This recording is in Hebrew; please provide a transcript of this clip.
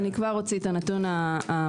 אני כבר אוציא את הנתון המדויק,